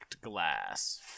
glass